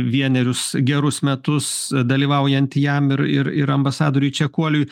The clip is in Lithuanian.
vienerius gerus metus dalyvaujant jam ir ir ir ambasadoriui čekuoliui